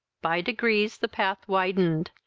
by degrees the path widened,